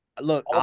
Look